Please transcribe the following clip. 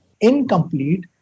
incomplete